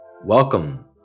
Welcome